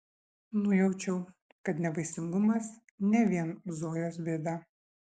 nujaučiau kad nevaisingumas ne vien zojos bėda